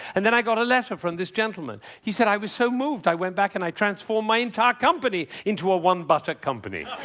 and then i got a letter from this gentleman. he said, i was so moved. i went back and i transformed my entire company into a one-buttock company.